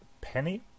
penny